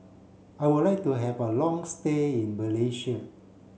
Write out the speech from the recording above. I would like to have a long stay in Malaysia